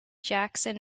jackson